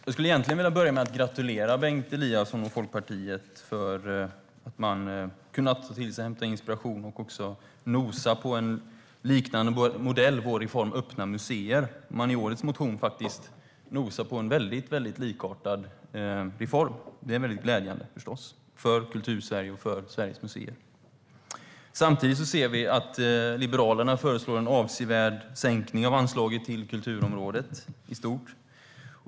Jag skulle egentligen vilja börja med att gratulera Bengt Eliasson och Liberalerna till att de har kunnat ta till sig, hämta inspiration från och också nosa på en modell som liknar vår reform om öppna museer. I årets motion nosar man faktiskt på en väldigt likartad reform. Det är förstås väldigt glädjande för Kultursverige och för Sveriges museer. Samtidigt ser vi att Liberalerna föreslår en avsevärd sänkning av anslaget till kulturområdet i stort.